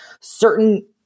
certain